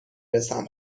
رسم